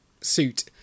suit